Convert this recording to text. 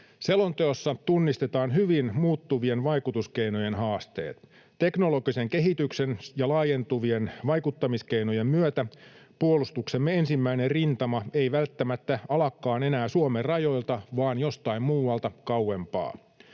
Selonteossa tunnistetaan hyvin muuttuvien vaikutuskeinojen haasteet. Teknologisen kehityksen ja laajentuvien vaikuttamiskeinojen myötä puolustuksemme ensimmäinen rintama ei välttämättä alakaan enää Suomen rajoilta vaan jostain muualta, kauempaa.